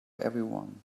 everyone